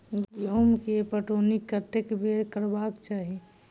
गेंहूँ केँ पटौनी कत्ते बेर करबाक चाहि?